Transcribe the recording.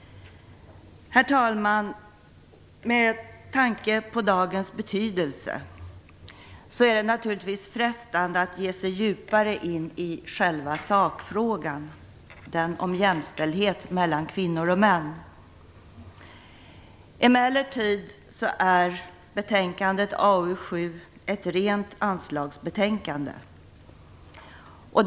Herr talman! Med tanke på dagens betydelse är det naturligtvis frestande att ge sig djupare in i själva sakfrågan, den om jämställdhet mellan kvinnor och män. Betänkande AU7 är emellertid ett rent anslagsbetänkande.